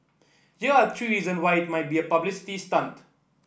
here are three reason why it might be a publicity stunt